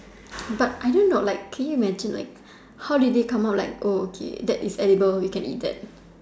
but I don't know like can you imagine like how did they come out like oh okay that is edible we can eat that